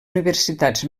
universitats